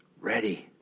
ready